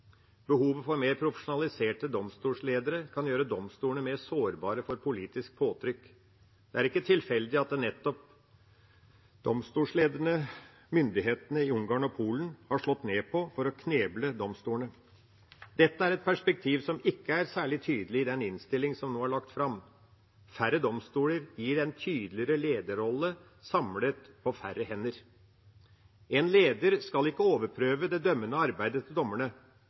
for mer profesjonaliserte domstolsledere kan gjøre domstolene mer sårbare for politisk påtrykk. Det er ikke tilfeldig at det er nettopp domstolslederne myndighetene i Ungarn og Polen har slått ned på for å kneble domstolene. Dette er et perspektiv som ikke er særlig tydelig i den innstillingen som nå er lagt frem. Færre domstoler gir en tydeligere lederrolle samlet på færre hender. En leder skal ikke overprøve det dømmende arbeidet til